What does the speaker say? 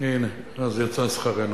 הנה, אז יצא שכרנו.